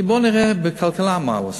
כי בוא נראה, בכלכלה מה הוא עשה?